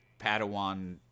Padawan